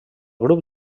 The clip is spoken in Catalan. grup